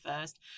first